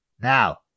Now